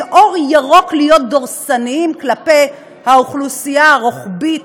אור ירוק להיות דורסניים כלפי האוכלוסייה הרוחבית,